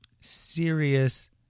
serious